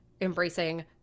embracing